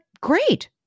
great